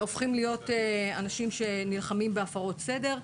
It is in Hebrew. הופכים להיות אנשים שנלחמים בהפרות סדר.